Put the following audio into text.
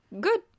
Good